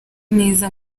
neza